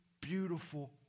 beautiful